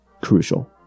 crucial